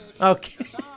okay